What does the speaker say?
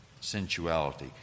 sensuality